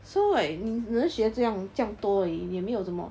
so like 你只能学这样这样多而已也没有什么